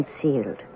concealed